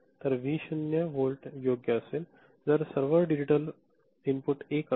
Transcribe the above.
तर व्ही शून्य 0 व्होल्ट योग्य असेल आणि जर सर्व डिजिटल इनपुट 1 असेल